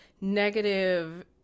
negative